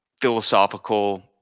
philosophical